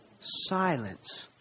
silence